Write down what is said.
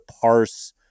parse